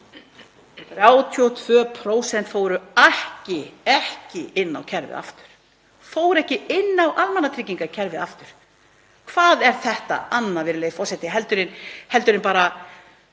32% fóru ekki inn á kerfið aftur, fóru ekki inn á almannatryggingakerfið aftur. Hvað er þetta annað, virðulegi forseti, heldur en bara